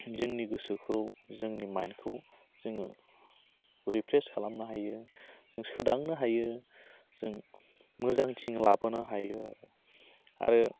जोंनि गोसोखौ जोंनि माइन्ड खौ जोङो रिफ्रेस खालामनो हायो जों सोदांनो हायो जों मोजांथिं लाबोनो हायो आरो आरो